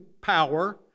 power